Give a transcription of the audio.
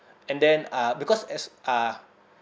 and then uh because as uh